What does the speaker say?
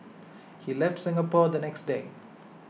he left Singapore the next day